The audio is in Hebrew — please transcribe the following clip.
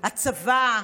הצבא?